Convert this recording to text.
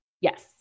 yes